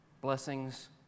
blessings